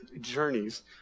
journeys